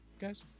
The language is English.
guys